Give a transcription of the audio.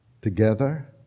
together